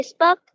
Facebook